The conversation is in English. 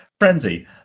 Frenzy